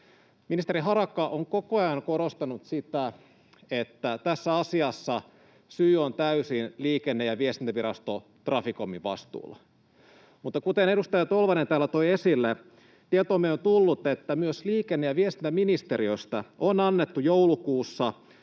Ministeri Harakka on koko ajan korostanut sitä, että tässä asiassa syy on täysin Liikenne- ja viestintävirasto Traficomin vastuulla. Mutta kuten edustaja Tolvanen täällä toi esille, tietoomme on tullut, että myös liikenne- ja viestintäministeriöstä on annettu joulukuussa